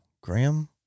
Graham